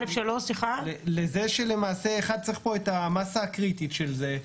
התייחסתי לזה שלמעשה צריך פה את המסה הקריטית של זה,